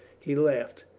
he laughed.